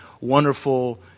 wonderful